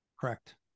Correct